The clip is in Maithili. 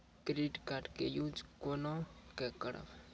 क्रेडिट कार्ड के यूज कोना के करबऽ?